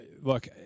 look